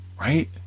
right